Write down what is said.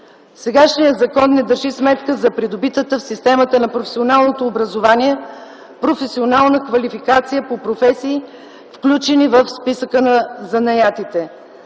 Сегашният закон не държи сметка за придобита в системата за професионално образование професионална квалификация по професии, включени в списъка на занаятите.